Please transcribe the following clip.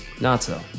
Not-so